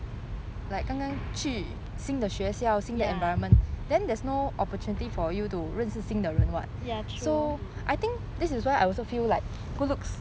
ya ya true